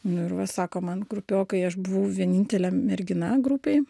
nu ir va sako man grupiokai aš buvau vienintelė mergina grupėj